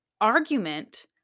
argument